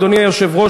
אדוני היושב-ראש,